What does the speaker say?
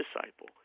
disciple